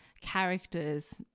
characters